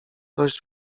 dość